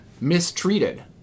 mistreated